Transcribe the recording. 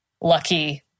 lucky